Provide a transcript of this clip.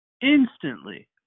Instantly